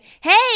hey